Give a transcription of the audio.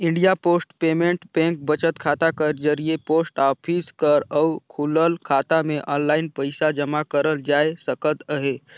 India post payment bank बचत खाता कर जरिए पोस्ट ऑफिस कर अउ खुलल खाता में आनलाईन पइसा जमा करल जाए सकत अहे